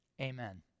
Amen